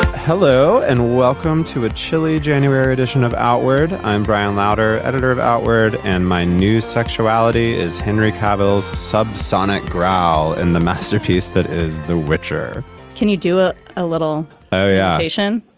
hello and welcome to a chilly january edition of outward. i'm brian lauter, editor of outward. and my new sexuality is henry carville's subsonic growl and the masterpiece that is the richer can you do a ah little ah yeah haitian?